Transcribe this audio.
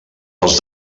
dels